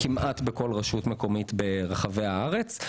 הם נמצאים כמעט בכל רשות מקומית ברחבי הארץ.